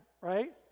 right